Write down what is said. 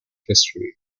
history